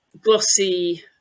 glossy